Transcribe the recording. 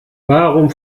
warum